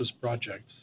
projects